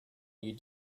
you